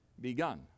begun